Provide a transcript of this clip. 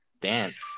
dance